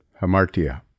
hamartia